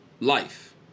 life